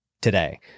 today